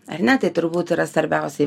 ar ne tai turbūt yra svarbiausia